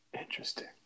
Interesting